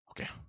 Okay